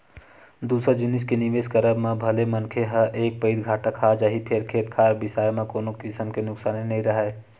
दूसर जिनिस के निवेस करब म भले मनखे ह एक पइत घाटा खा जाही फेर खेत खार बिसाए म कोनो किसम के नुकसानी नइ राहय